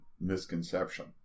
misconception